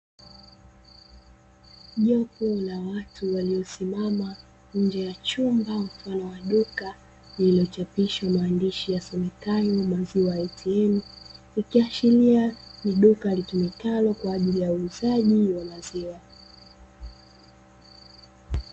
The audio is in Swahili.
Jopo la watu waliosimama nje ya chumba mfano wa duka lililochapishwa maandishi yasomekayo "maziwa ATM" ikiashiria ni duka litumikalo kwa ajili ya uuzaji wa maziwa.